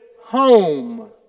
home